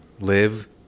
Live